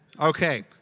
Okay